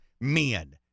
men